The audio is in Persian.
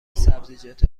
سبزیجات